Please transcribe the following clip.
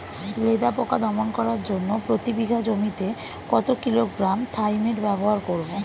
লেদা পোকা দমন করার জন্য প্রতি বিঘা জমিতে কত কিলোগ্রাম থাইমেট ব্যবহার করব?